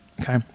Okay